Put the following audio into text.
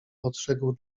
odrzekł